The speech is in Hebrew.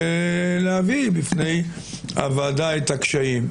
ולהביא בפני הוועדה את הקשיים,